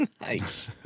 Nice